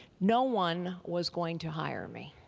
no one was going to hire me.